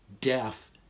death